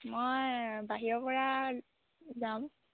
মই বাহিৰৰ পৰা যাম